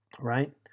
Right